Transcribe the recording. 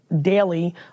daily